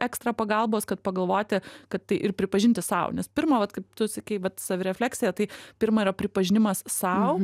ekstra pagalbos kad pagalvoti kad tai ir pripažinti sau nes pirma vat kaip tu sakei vat savirefleksija tai pirma yra pripažinimas sau